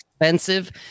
expensive